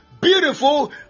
beautiful